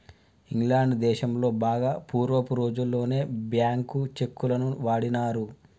England దేశంలో బాగా పూర్వపు రోజుల్లోనే బ్యేంకు చెక్కులను వాడినారు